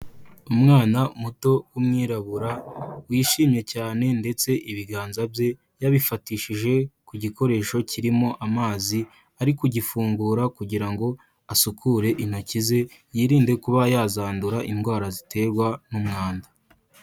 Umwana muto w'umwirabura wishimye cyane ndetse ibiganza bye yabifatishije ku gikoresho kirimo amazi ari kugifungura kugira asukure intoki ze, yirinde kuba yazandura indwara ziterwa n'umwanda.